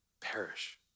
perish